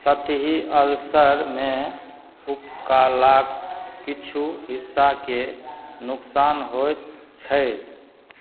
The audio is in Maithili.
सतही अल्सरमे उपकलाके किछु हिस्साके नोकसान होएत छै